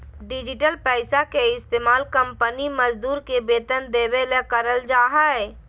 digital पैसा के इस्तमाल कंपनी मजदूर के वेतन देबे ले करल जा हइ